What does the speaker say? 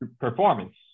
performance